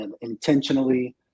intentionally